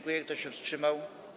Kto się wstrzymał?